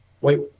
wait